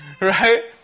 Right